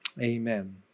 Amen